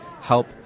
help